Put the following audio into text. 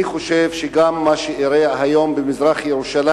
אני חושב שגם במה שאירע היום במזרח-ירושלים,